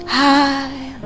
high